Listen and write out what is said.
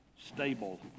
stable